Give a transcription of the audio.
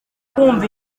kumva